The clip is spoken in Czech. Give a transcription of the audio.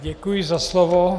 Děkuji za slovo.